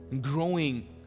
growing